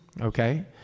okay